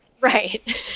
Right